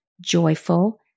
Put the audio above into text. joyful